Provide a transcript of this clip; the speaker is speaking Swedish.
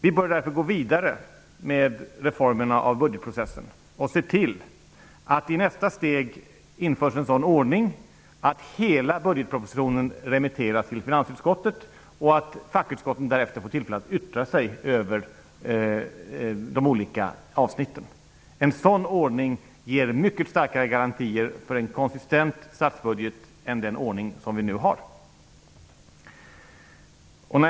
Vi bör därför gå vidare med reformen av budgetprocessen och se till att det i nästa steg införs en sådan ordning att hela budgetpropositionen remitteras till finansutskottet och att fackutskotten därefter får tillfälle att yttra sig över de olika avsnitten. En sådan ordning ger mycket starkare garantier för en konsistent statsbudget än den ordning som vi nu har.